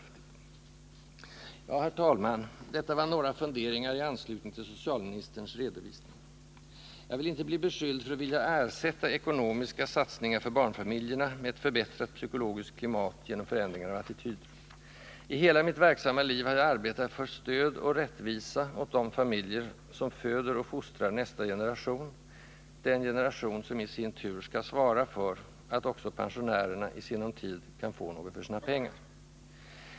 109 Ja, herr talman, detta var några funderingar i anslutning till socialministerns redovisning. Jag vill inte bli beskylld för att vilja ersätta ekonomiska satsningar för barnfamiljerna med ett förbättrat psykologiskt klimat genom förändringar av attityder. I hela mitt verksamma liv har jag arbetat för stöd och rättvisa åt de familjer som föder och fostrar nästa generation, den generation som i sin tur skall svara för att också pensionärerna i sinom tid kan få något för sina pengar.